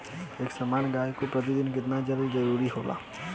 एक सामान्य गाय को प्रतिदिन कितना जल के जरुरत होला?